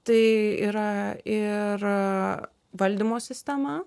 tai yra ir valdymo sistema